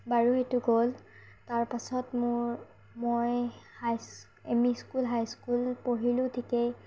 বাৰু সেইটো গ'ল তাৰ পাছত মোৰ মই high M E school high school পঢ়িলো ঠিকেই